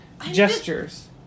gestures